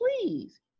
please